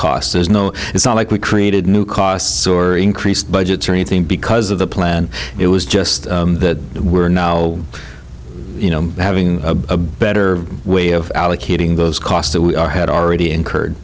there's no it's not like we created new costs or increased budgets or anything because of the plan it was just that we're now having a better way of allocating those costs that we had already incurred